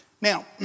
Now